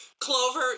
Clover